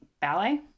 ballet